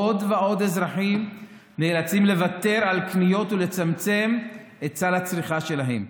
עוד ועוד אזרחים נאלצים לוותר על קניות ולצמצם את סל הצריכה שלהם,